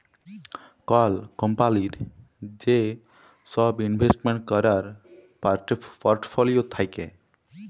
call কম্পলির যে সব ইলভেস্টমেন্ট ক্যরের পর্টফোলিও থাক্যে